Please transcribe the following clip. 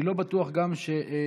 אני לא בטוח גם שאסיר